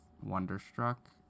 Wonderstruck